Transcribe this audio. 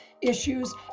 issues